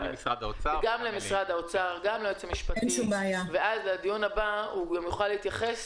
למשרד האוצר וליועץ המשפטי ובדיון הבא הוא יוכל להתייחס.